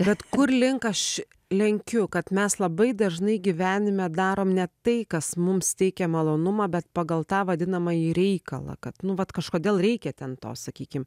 bet kur link aš lenkiu kad mes labai dažnai gyvenime darom ne tai kas mums teikia malonumą bet pagal tą vadinamąjį reikalą kad nu vat kažkodėl reikia ten to sakykim